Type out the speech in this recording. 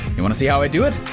you wanna see how i do it?